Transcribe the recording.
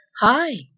Hi